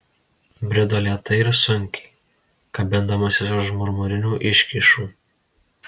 brido lėtai ir sunkiai kabindamasis už marmurinių iškyšų